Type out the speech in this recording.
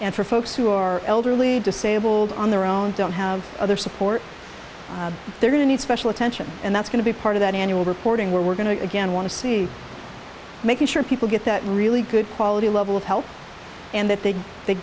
and for folks who are elderly disabled on their own don't have other support they're going to need special attention and that's going to be part of that annual reporting we're going to again want to see making sure people get that really good quality level of help and that they they